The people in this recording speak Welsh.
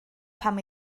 pam